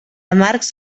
amargs